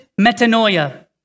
metanoia